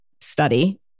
study